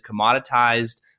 commoditized